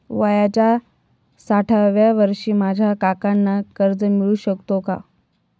वयाच्या साठाव्या वर्षी माझ्या काकांना कर्ज मिळू शकतो का?